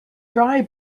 dry